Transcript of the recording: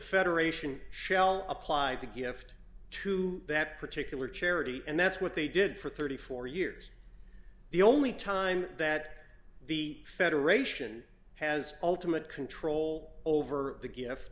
federation shell applied the gift to that particular charity and that's what they did for thirty four years the only time that the federation has ultimate control over the gift